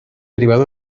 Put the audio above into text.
derivado